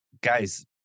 Guys